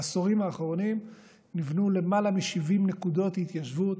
בעשורים האחרונים נבנו למעלה מ-70 נקודות התיישבות